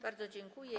Bardzo dziękuję.